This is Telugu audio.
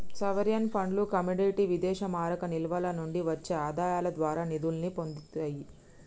సావరీన్ ఫండ్లు కమోడిటీ విదేశీమారక నిల్వల నుండి వచ్చే ఆదాయాల ద్వారా నిధుల్ని పొందుతియ్యి